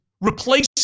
replace